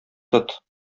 тот